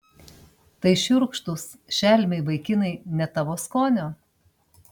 tai šiurkštūs šelmiai vaikinai ne tavo skonio